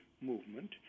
movement